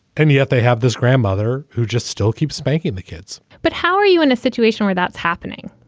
and yet they have this grandmother who just still keeps spanking the kids but how are you in a situation where that's happening?